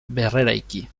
berreraiki